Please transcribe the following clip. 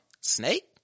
Snake